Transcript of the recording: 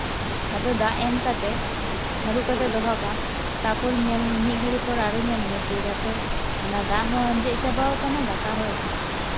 ᱟᱫᱚ ᱫᱟᱜ ᱮᱢ ᱠᱟᱛᱮᱫ ᱦᱟᱹᱨᱩᱵ ᱠᱟᱛᱮᱫ ᱫᱚᱦᱚ ᱠᱟᱜ ᱟᱢ ᱛᱟᱨᱯᱚᱨ ᱧᱮᱞ ᱢᱤᱫ ᱜᱷᱟᱹᱲᱤᱜ ᱯᱚᱨ ᱟᱨᱚ ᱧᱮᱞᱢᱮ ᱡᱮ ᱡᱟᱛᱮ ᱚᱱᱟ ᱫᱟᱜ ᱦᱚᱸ ᱟᱸᱡᱮᱛ ᱪᱟᱵᱟ ᱟᱠᱟᱱᱟ ᱫᱟᱠᱟ ᱦᱚᱸ ᱤᱥᱤᱱ ᱟᱠᱟᱱᱟ